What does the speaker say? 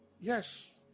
Yes